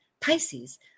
Pisces